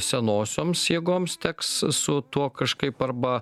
senosioms jėgoms teks su tuo kažkaip arba